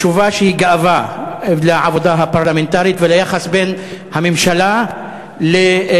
תשובה שהיא גאווה לעבודה הפרלמנטרית וליחס בין הממשלה לכנסת.